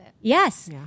yes